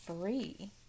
free